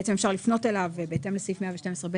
בעצם אפשר לפנות אליו, בהתאם לסעיף 112ב